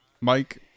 mike